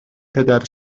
پدر